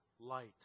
light